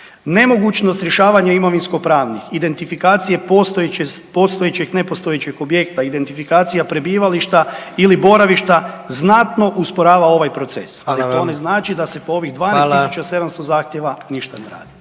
Nemogućnost rješavanja imovinsko-pravnih, identifikacije postojećeg i nepostojećeg objekta, identifikacija prebivališta ili boravišta znatno usporava ovaj proces, .../Upadica: Hvala vam./... ali to ne znači